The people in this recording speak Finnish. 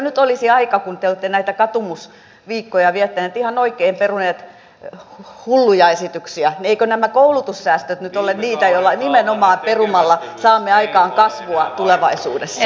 nyt kun te olette näitä katumusviikkoja viettäneet ihan oikein peruneet hulluja esityksiä eivätkö nämä koulutussäästöt nyt ole niitä joita perumalla nimenomaan saamme aikaan kasvua tulevaisuudessa